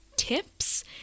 tips